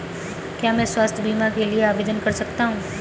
क्या मैं स्वास्थ्य बीमा के लिए आवेदन कर सकता हूँ?